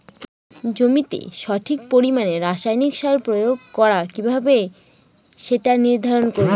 জমিতে সঠিক পরিমাণে রাসায়নিক সার প্রয়োগ করা কিভাবে সেটা নির্ধারণ করব?